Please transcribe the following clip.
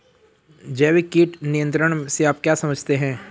जैविक कीट नियंत्रण से आप क्या समझते हैं?